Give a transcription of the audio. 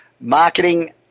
marketing